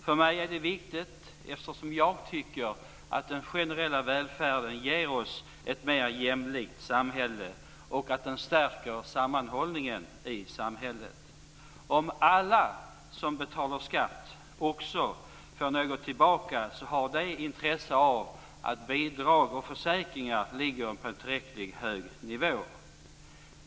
För mig är det viktigt, eftersom jag tycker att den generella välfärden ger oss ett mer jämlikt samhälle och att den stärker sammanhållningen i samhället. Om alla som betalar skatt också får något tillbaka, så har de intresse av att bidrag och försäkringar ligger på en tillräckligt hög nivå.